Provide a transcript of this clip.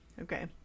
okay